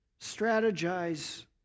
Strategize